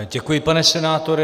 Děkuji, pane senátore.